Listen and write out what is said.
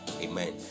amen